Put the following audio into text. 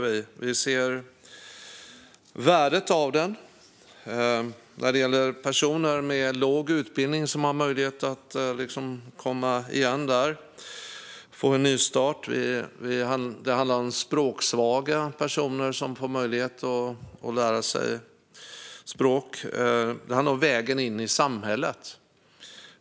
Vi ser värdet av den när det gäller personer med låg utbildning som har möjlighet att komma igen och få en nystart. Det handlar om språksvaga personer som får möjlighet att lära sig språk. Det handlar om en väg in i samhället.